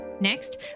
Next